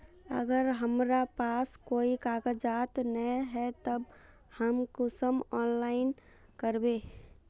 अगर हमरा पास कोई कागजात नय है तब हम कुंसम ऑनलाइन करबे?